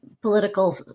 political